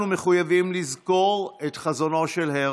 אנחנו מחויבים לזכור את חזונו של הרצל.